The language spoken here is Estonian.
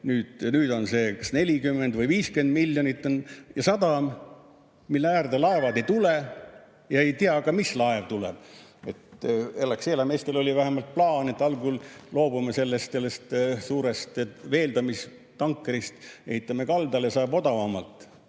Nüüd on see 40 või 50 miljonit [maksev] sadam, mille äärde laevad ei tule ja ei ole ka teada, mis laev tuleb. Alexela meestel oli vähemalt plaan, et algul loobume sellest suurest veeldamistankerist, ehitame kaldale, saab odavamalt.